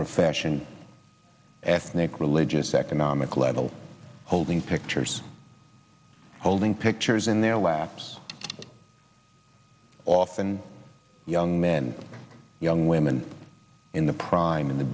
profession ethnic religious economic level holding pictures holding pictures in their laps often young men young women in the prime in the